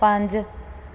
ਪੰਜ